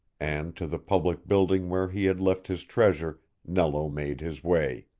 and to the public building where he had left his treasure nello made his way.